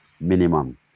Minimum